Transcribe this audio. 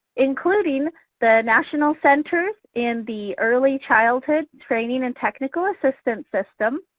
including the national center in the early childhood training and technical assistance system.